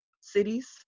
cities